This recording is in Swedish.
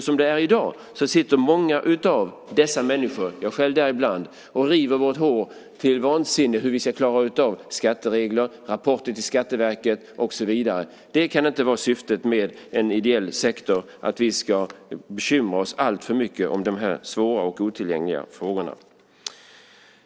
Som det är i dag sitter många av dessa människor, däribland jag själv, och river vårt hår i vansinne över hur vi ska klara av skatteregler, rapporter till Skatteverket och så vidare. Det kan inte vara syftet med en ideell sektor att vi ska bekymra oss alltför mycket om de här svåra och otillgängliga frågorna.